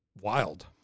wild